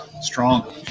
Strong